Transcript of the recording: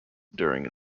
during